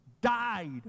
died